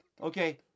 Okay